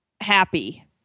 happy